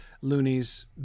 loonies